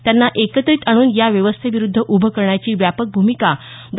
त्यांना एकत्रित आणून या व्यवस्थेविरोधात उभं करण्याची व्यापक भूमिका डॉ